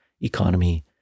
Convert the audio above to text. economy